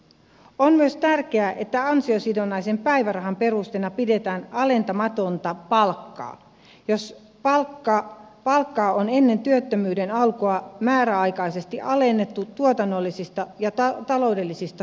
on myös tärkeää että ansiosidonnaisen päivärahan perusteena pidetään alentamatonta palkkaa jos palkkaa on ennen työttömyyden alkua määräaikaisesti alennettu tuotannollisista ja taloudellisista syistä